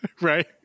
Right